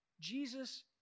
Jesus